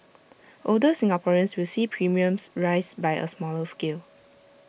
older Singaporeans will see premiums rise by A smaller scale